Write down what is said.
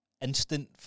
instant